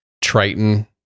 Triton